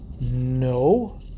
No